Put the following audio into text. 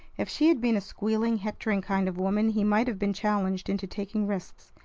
if she had been a squealing, hectoring kind of woman, he might have been challenged into taking risks,